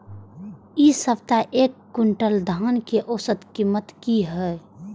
इ सप्ताह एक क्विंटल धान के औसत कीमत की हय?